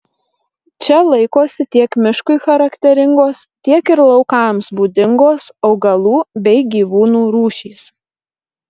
čia laikosi tiek miškui charakteringos tiek ir laukams būdingos augalų bei gyvūnų rūšys